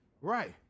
Right